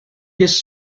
his